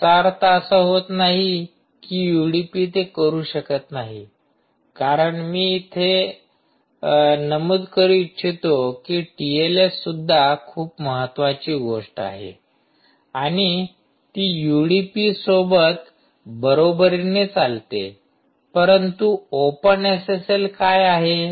याचा अर्थ असा होत नाही की युडीपी ते करू शकत नाही कारण मी इथे नमूद करू इच्छितो की टीएलएस सुद्धा खूप महत्त्वाची गोष्ट आहे आणि ती युडीपी सोबत बरोबरीने चालते परंतु ओपन एसएसएल काय आहे